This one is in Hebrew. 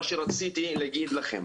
מה שרציתי להגיד לכם,